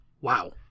wow